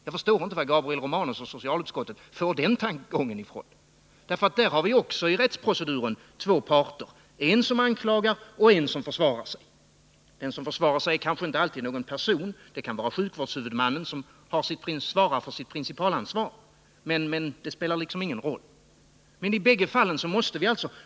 Jag förstår inte varifrån socialutskottet och Gabriel Romanus har fått den tankegången. I rättsproceduren har vi ju också här två parter: en som anklagar och en som försvarar sig. Den som försvarar sig är kanske inte alltid en person — det kan vara sjukvårdshuvudmannen som svarar för sitt principalansvar — men det spelar ingen roll i det här resonemanget.